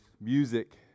music